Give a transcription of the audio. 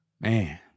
Man